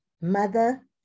mother